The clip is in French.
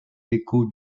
échos